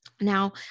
Now